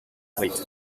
fleet